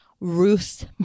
Ruth